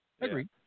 agreed